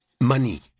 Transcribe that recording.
money